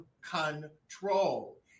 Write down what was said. control